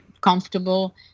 comfortable